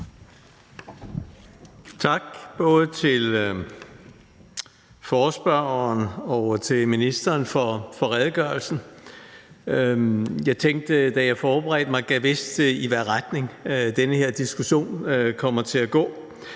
Tak til forespørgeren og til ministeren for redegørelsen. Jeg tænkte, da jeg forberedte mig, at jeg gad vide, i hvilken retning den her diskussion kommer til at gå.